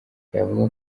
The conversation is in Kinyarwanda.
yavuga